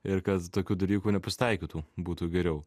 ir kad tokių dalykų nepasitaikytų būtų geriau